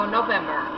November